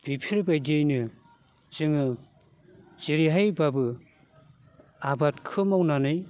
बिफोर बायदियैनो जोङो जेरैहायब्लाबो आबादखो मावनानै